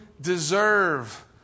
deserve